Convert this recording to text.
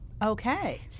Okay